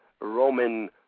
Roman